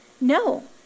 no